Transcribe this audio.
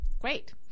Great